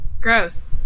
Gross